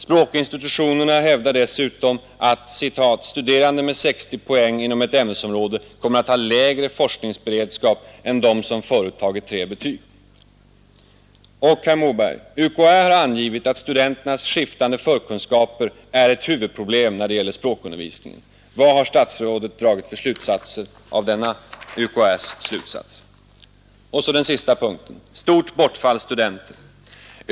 Språkinstitutionerna hävdar dessutom att ”studerande med 60 poäng inom ett ämnesområde kommer att ha lägre forskningsberedskap än de som förut tagit 3 betyg”. Och, herr Moberg, UKÄ har angivit att studenternas skiftande förkunskaper är ett huvudproblem när det gäller språkundervisningen. Vad har statsrådet dragit för slutsatser av detta? 7. Stort bortfall av studenter.